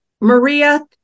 maria